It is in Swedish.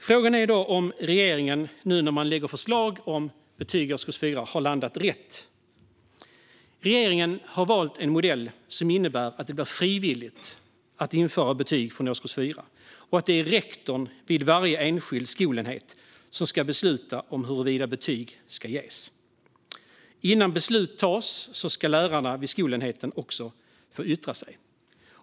Frågan är om regeringen, nu när man lägger fram förslag om betyg i årskurs 4, har landat rätt. Regeringen har valt en modell som innebär att det blir frivilligt att införa betyg från årskurs 4 och att det är rektorn vid varje enskild skolenhet som ska besluta om betyg ska ges. Innan beslut tas ska lärarna vid skolenheten få yttra sig.